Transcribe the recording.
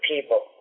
people